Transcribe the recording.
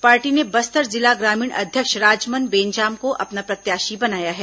party ने बस्तर जिला ग्रामीण अध्यक्ष राजमन बेंजाम को अपना प्रत्याशी बनाया है